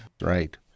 Right